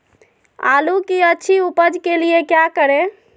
आलू की अच्छी उपज के लिए क्या करें?